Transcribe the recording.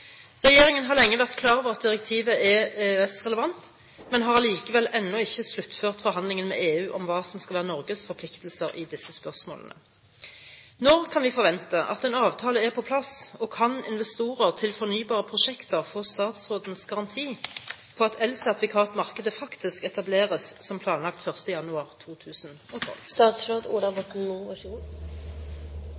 Regjeringen har lenge vært klar over at direktivet er EØS-relevant, men har allikevel ennå ikke sluttført forhandlingene med EU om hva som skal være Norges forpliktelser i disse spørsmålene. Når kan vi forvente at en avtale er på plass, og kan investorer til fornybare prosjekter få statsrådens garanti på at elsertifikatmarkedet faktisk etableres som planlagt 1. januar 2012?»